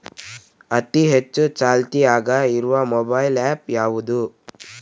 ಅತಿ ಹೆಚ್ಚ ಚಾಲ್ತಿಯಾಗ ಇರು ಮೊಬೈಲ್ ಆ್ಯಪ್ ಯಾವುದು?